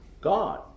God